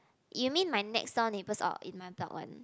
you mean my next door neighbours or in my block one